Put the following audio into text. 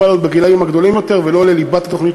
הפיילוט הוא לגילאים הגדולים יותר ולא בליבת התוכנית,